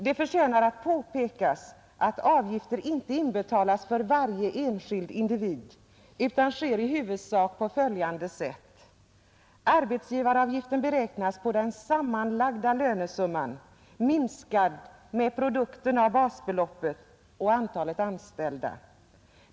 Det förtjänar att påpekas att avgifter inte inbetalas för varje enskild individ, utan det sker i huvudsak på följande sätt: arbetsgivaravgiften beräknas på den sammanlagda lönesumman minskad med produkten av basbeloppet och antalet anställda.